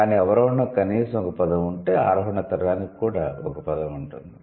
కానీ అవరోహణకు కనీసం ఒక పదం ఉంటే ఆరోహణ తరానికి కూడా ఒక పదం ఉంటుంది